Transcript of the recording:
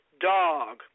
dog